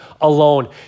alone